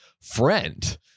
friend